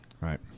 Right